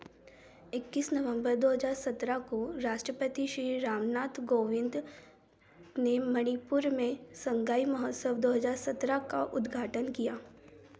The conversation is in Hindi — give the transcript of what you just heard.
इक्कीस नवम्बर दो हज़ार सत्रह को राष्ट्रपति श्री रामनाथ कोविंद ने मणिपुर में संगाई महोत्सव दो हज़ार सत्रह का उद्घाटन किया